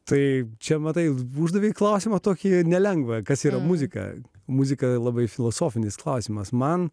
taip čia matai uždavė klausimą tokį nelengvą kas yra muzika muzika labai filosofinis klausimas man